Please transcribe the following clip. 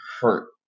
hurt